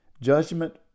judgment